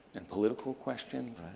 and political questions,